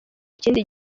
ikindi